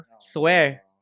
Swear